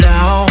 Now